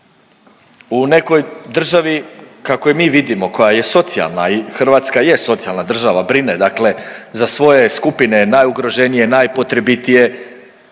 U nekoj državi, kako je mi vidimo, koja je socijalna i Hrvatska je socijalna država, brine dakle za svoje skupine, najugroženije, najpotrebitije